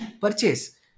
purchase